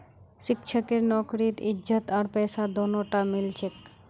शिक्षकेर नौकरीत इज्जत आर पैसा दोनोटा मिल छेक